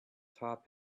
top